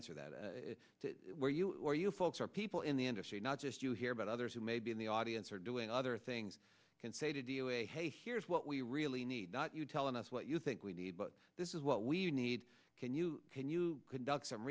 answer that where you or you folks are people in the industry not just you here but others who may be in the audience or doing other things can say to deal with a hey here's what we really need not you telling us what you think we need but this is what we need can you can you conduct some